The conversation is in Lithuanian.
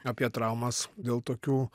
apie traumas dėl tokių